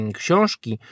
książki